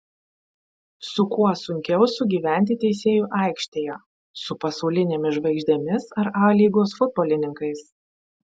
su kuo sunkiau sugyventi teisėjui aikštėje su pasaulinėmis žvaigždėmis ar a lygos futbolininkais